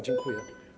Dziękuję.